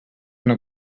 una